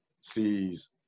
sees